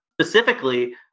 Specifically